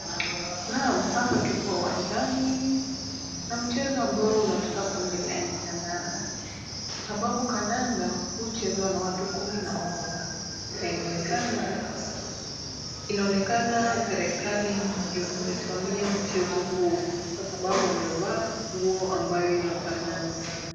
Naam hapa tuko uwanjani na mchezo ambao unataka kuendelea ni kandanda, sababu kandanda huchezwa na watu kumi na mmoja na inaonekana serikali ndio imesimamia mchezo huu kwa sababu wamevaa nguo ambayo inafanana.